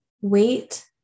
wait